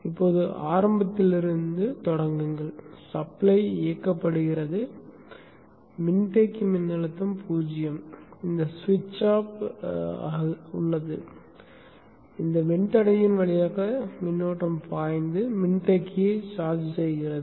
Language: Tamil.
இப்போது ஆரம்பத்திலிருந்து தொடங்குங்கள் சப்ளை இயக்கப்பட்டது மின்தேக்கி மின்னழுத்தம் 0 இந்த சுவிட்ச் ஆஃப் உள்ளது இந்த மின்தடையின் வழியாக மின்னோட்டம் பாய்ந்து மின்தேக்கியை சார்ஜ் செய்கிறது